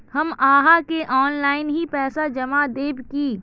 हम आहाँ के ऑनलाइन ही पैसा जमा देब की?